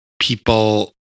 people